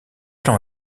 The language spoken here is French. dans